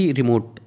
remote